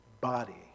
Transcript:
body